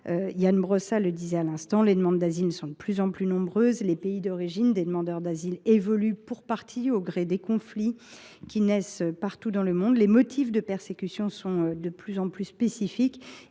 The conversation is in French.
Ian Brossat l’a rappelé, les demandes d’asile sont de plus en plus nombreuses. Les pays d’origine des demandeurs évoluent au gré des conflits, qui naissent partout dans le monde ; les motifs de persécution sont de plus en plus spécifiques.